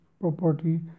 property